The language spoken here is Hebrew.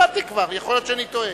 החלטתי כבר, יכול להיות שאני טועה.